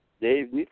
Dave